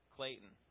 Clayton